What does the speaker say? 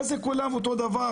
מה זה כולם אותו דבר?